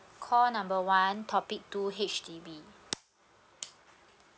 call number one topic two H_D_B